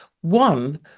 One